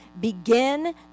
begin